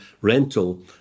rental